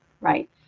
right